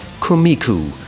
Kumiku